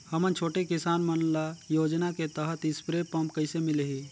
हमन छोटे किसान मन ल योजना के तहत स्प्रे पम्प कइसे मिलही?